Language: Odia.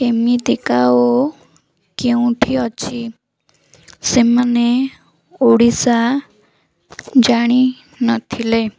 କେମିତିକା ଓ କେଉଁଠି ଅଛି ସେମାନେ ଓଡ଼ିଶା ଜାଣି ନଥିଲେ